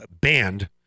banned